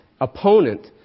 opponent